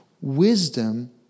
Wisdom